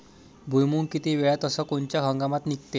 भुईमुंग किती वेळात अस कोनच्या हंगामात निगते?